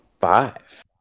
five